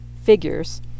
figures